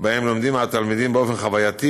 שבהן לומדים התלמידים באופן חווייתי